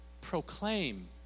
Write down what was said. proclaim